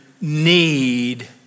need